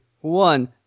one